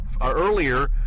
earlier